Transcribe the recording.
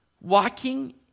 walking